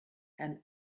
and